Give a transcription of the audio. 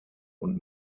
und